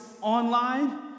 online